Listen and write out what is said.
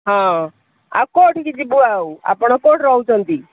ହଁ ଆଉ କେଉଁଠି କି ଯିବୁ ଆଉ ଆପଣ କେଉଁଠି ରହୁଛନ୍ତି